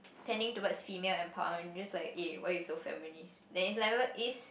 tending towards female empowerment like eh why you so feminist it's like wherever is